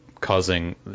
causing